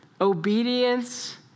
obedience